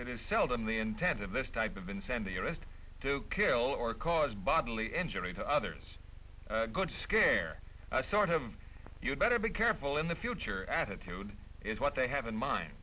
it is seldom the intent of this type of insanity arrest to kill or cause bodily injury to others good scare i sort of you'd better be careful in the future attitude is what they have in mind